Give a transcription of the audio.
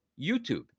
YouTube